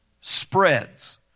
spreads